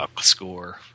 Score